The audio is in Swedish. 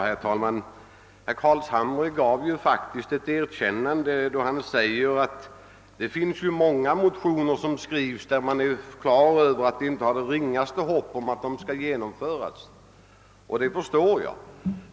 Herr talman! Herr Carlshamre gjorde ju faktiskt ett medgivande då han sade, att det skrivs många motioner beträffande vilka motionärerna inte har det ringaste hopp om att de skall genomföras.